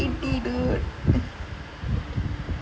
what is C_V lah how to make one what the fuck what do you mean